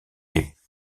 les